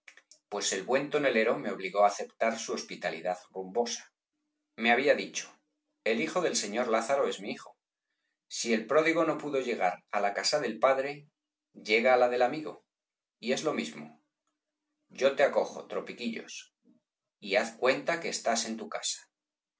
pues el buen tonelero me obligó á aceptar su hospitalidad rumbosa me había dicho el hijo del señor lázaro es mi hijo si el pródigo no pudo llegar á la casa del padre llega á la del amigo y es lo mismo yo te acojo tropiquillos y haz cuente que estás en tu casa